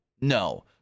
No